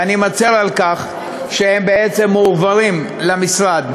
ואני מצר על כך שהם בעצם מועברים למשרד.